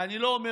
ואני לא אומר